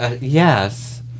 Yes